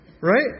Right